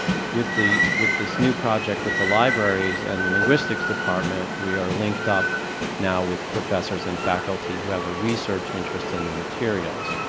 with the with this new project with the libraries and the linguistics department, we are linked up now with professors and faculty who have a research interest in the materials.